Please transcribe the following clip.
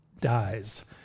dies